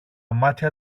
μάτια